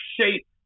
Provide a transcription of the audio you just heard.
shape